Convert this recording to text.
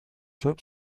hommes